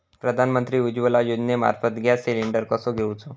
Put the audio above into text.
प्रधानमंत्री उज्वला योजनेमार्फत gas cylinder कसो घेऊचो?